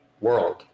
world